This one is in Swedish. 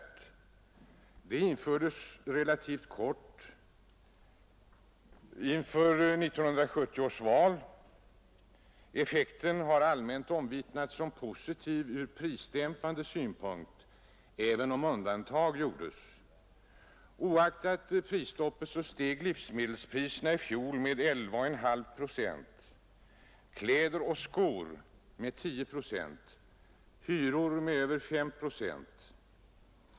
Prisstoppet infördes relativt kort tid före 1970 års val. Effekten har allmänt omvittnats som positiv från prisdämpande synpunkt, även om undantag gjordes. Oaktat prisstoppet steg livsmedelspriserna i fjol med 11,5 procent, priset på kläder och skor med 10 procent och hyrorna med över 5 procent.